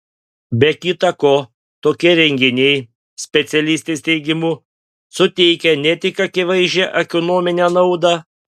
be kita ko tokie renginiai specialistės teigimu suteikia ne tik akivaizdžią ekonominę naudą